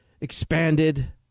expanded